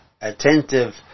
attentive